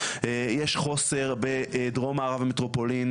יש חוסר בדרום מערב המטרופולין,